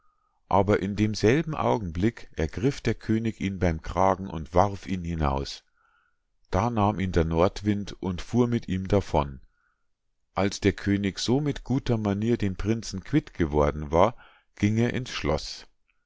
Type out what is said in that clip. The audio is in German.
aber in demselben augenblick ergriff der könig ihn beim kragen und warf ihn hinaus da nahm ihn der nordwind und fuhr mit ihm davon als der könig so mit guter manier den prinzen quitt geworden war ging er ins schloß